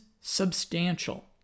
substantial